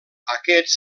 aquests